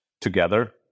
together